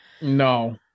No